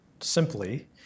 simply